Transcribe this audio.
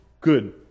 good